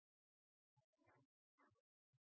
han